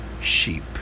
sheep